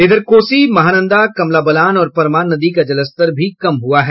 इधर कोसी महानंदा कमला बलान और परमान नदी का जलस्तर भी कम हुआ है